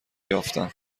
یافتم